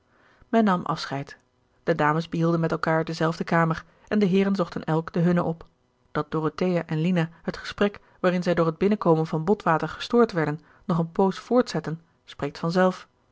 men nam afscheid de dames behielden met elkaar dezelfde kamer en de heeren zochten elk de hunne op dat dorothea en lina het gesprek waarin zij door het binnenkomen van botwater gestoord werden nog een poos voortzetten spreekt